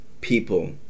people